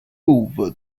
over